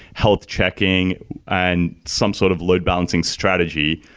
health checking and some sort of load balancing strategy.